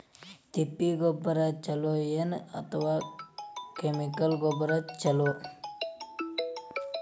ತಿಪ್ಪಿ ಗೊಬ್ಬರ ಛಲೋ ಏನ್ ಅಥವಾ ಕೆಮಿಕಲ್ ಗೊಬ್ಬರ ಛಲೋ?